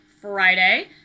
Friday